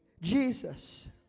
Jesus